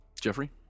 Jeffrey